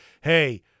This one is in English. Hey